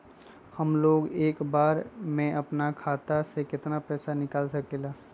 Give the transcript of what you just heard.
हमलोग एक बार में अपना खाता से केतना पैसा निकाल सकेला?